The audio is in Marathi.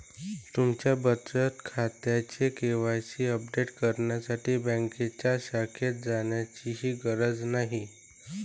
तुमच्या बचत खात्याचे के.वाय.सी अपडेट करण्यासाठी बँकेच्या शाखेत जाण्याचीही गरज नाही